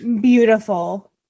Beautiful